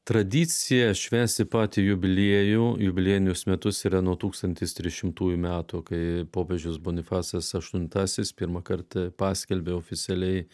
tradicija švęsti patį jubiliejų jubiliejinius metus yra nuo tūkstantis trišimtųjų metų kai popiežius bonifacas aštuntasis pirmą kartą paskelbė oficialiai